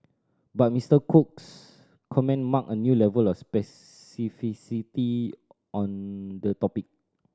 but Mister Cook's comment marked a new level of specificity on the topic